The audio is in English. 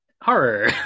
horror